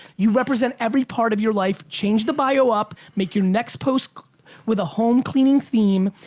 you represent every part of your life. change the bio up, make your next post with a home cleaning theme,